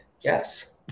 yes